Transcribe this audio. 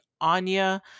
Anya